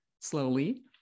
slowly